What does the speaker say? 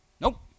Nope